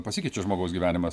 pasikeičia žmogaus gyvenimas